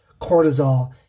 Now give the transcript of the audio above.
cortisol